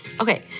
Okay